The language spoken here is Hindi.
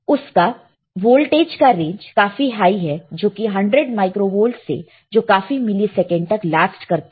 उसका वोल्टेज का रेंज काफी हाई है जो कि 100 माइक्रोवोल्ट है जो काफी मिली सेकंड तक लास्ट करता है